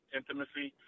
intimacy